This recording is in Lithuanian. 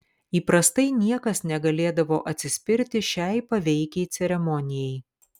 įprastai niekas negalėdavo atsispirti šiai paveikiai ceremonijai